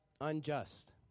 unjust